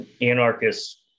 anarchist